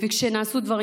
וכשנעשו דברים,